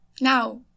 Now